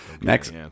Next